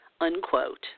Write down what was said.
unquote